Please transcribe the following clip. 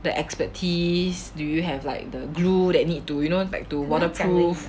the expertise do you have like the glue that need to you know back to waterproof